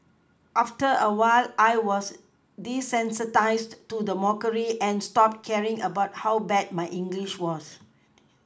after a while I was desensitised to the mockery and stopped caring about how bad my English was